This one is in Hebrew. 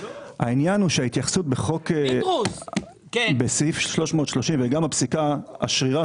הוא שההתייחסות בסעיף 330 לעניין הפסיקה השרירה